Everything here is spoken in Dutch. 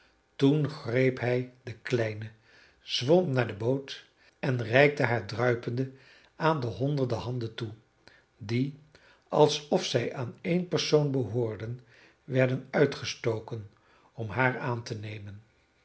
toen greep hij de kleine zwom naar de boot en reikte haar druipende aan de honderden handen toe die alsof zij aan één persoon behoorden werden uitgestoken om haar aan te nemen